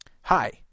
Hi